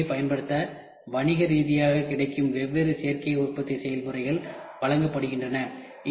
இந்த உண்மையைப் பயன்படுத்த வணிக ரீதியாகக் கிடைக்கும் வெவ்வேறு சேர்க்கை உற்பத்தி செயல்முறைகள் வழங்கப்படுகின்றன